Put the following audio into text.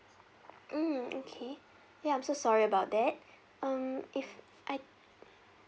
mm okay ya I'm so sorry about that um if I